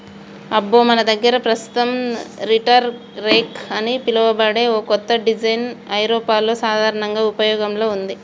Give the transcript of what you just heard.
అబ్బో మన దగ్గర పస్తుతం రీటర్ రెక్ అని పిలువబడే ఓ కత్త డిజైన్ ఐరోపాలో సాధారనంగా ఉపయోగంలో ఉంది